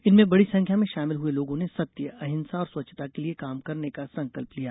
इनमें बडी संख्या में शामिल हुए लोगों ने सत्य अहिंसा और स्वच्छता के लिये काम करने का संकल्प लिया